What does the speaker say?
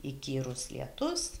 įkyrus lietus